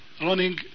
running